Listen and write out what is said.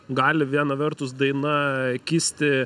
gali viena vertus daina kisti